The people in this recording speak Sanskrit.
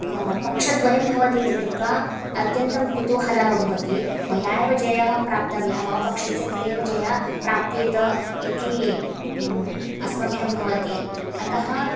पक्षद्वयं भवति इति कृत्वा अत्यन्तं कुतूहलः भवति मया एव जयः प्राप्तव्यः मम पक्षस्य कृते एव जयः प्राप्येत इति अस्मभ्यं भवति अतः